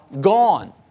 gone